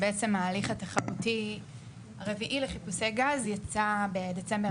בעצם ההליך התחרותי הרביעי לחיפושי גז יצא בדצמבר